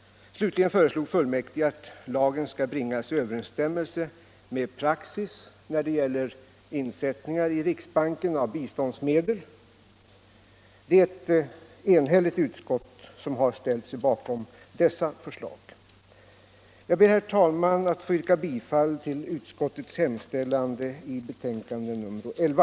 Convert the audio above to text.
Slutligen förslog fullmäktige att lagen skall bringas i överensstämmelse med praxis när det gäller insättningar i riksbanken av biståndsmedel. Det är ett enhälligt utskott som ställt sig bakom dessa förslag. Jag ber, herr talman, att få yrka bifall till utskottets hemställan i betänkandet nr 11.